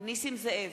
נסים זאב,